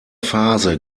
phase